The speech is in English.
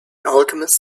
alchemists